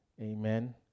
Amen